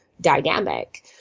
dynamic